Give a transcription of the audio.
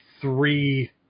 three